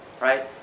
Right